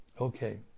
Okay